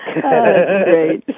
Great